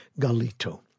Galito